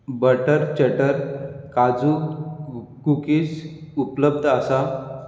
butter चटर काजू cookies उपलब्ध आसा